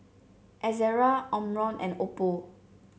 Ezerra Omron and Oppo